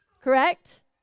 correct